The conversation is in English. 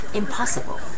impossible